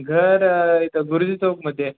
घर इथं गुरुजी चौकमध्ये